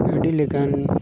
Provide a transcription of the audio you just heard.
ᱟᱹᱰᱤ ᱞᱮᱠᱟᱱ